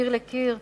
מקיר לקיר,